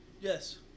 Yes